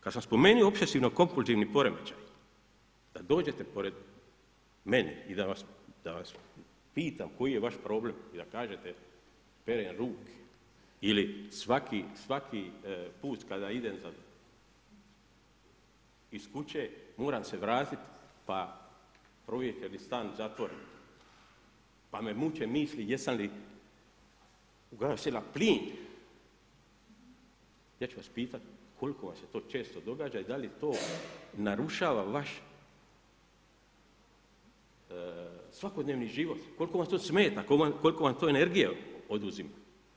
Kad sam spomenuo opsesivno-kompulzivni poremećaj, da dođete pored mene i da vas pitam koji je vaš problem i da kažete perem ruke ili svaki put kada idem iz kuće moram se vratiti pa provjeriti je listan zatvoren pa me muče misli jesam li ugasio plin, ja ću vas pitat koliko vam se to često događa i da li to narušava vaš svakodnevni život, koliko vam to smeta, koliko vam to energije oduzima.